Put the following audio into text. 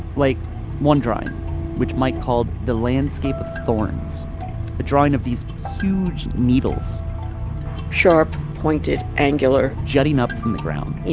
like one drawing which mike called the landscape of thorns. a drawing of these huge needles sharp, pointed, angular jutting up from the ground you